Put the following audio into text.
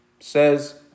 says